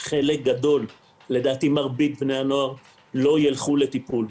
חלק גדול, לדעתי מרבית בני הנוער, לא ילכו לטיפול.